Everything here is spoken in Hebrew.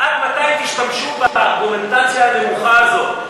אבל עד מתי תשתמשו בארגומנטציה הנמוכה הזאת?